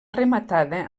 rematada